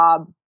job